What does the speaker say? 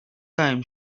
time